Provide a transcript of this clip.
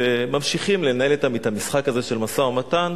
וממשיכים לנהל אתם את המשחק הזה של משא-ומתן,